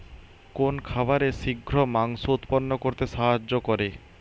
কোন খাবারে শিঘ্র মাংস উৎপন্ন করতে সাহায্য করে?